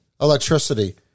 electricity